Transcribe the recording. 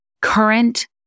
current